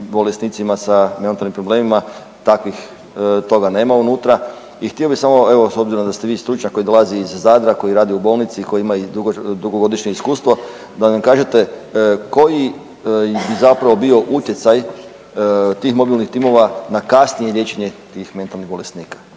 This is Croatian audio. …/Govornik se ne razumije/…problemima, takvih, toga nema unutra i htio bi samo, evo s obzirom da ste vi stručnjak koji dolazi iz Zadra, koji radi u bolnici i koji ima i dugogodišnje iskustvo da nam kažete koji bi zapravo bio utjecaj tih mobilnih timova na kasnije liječenje tih mentalnih bolesnika.